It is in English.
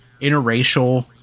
interracial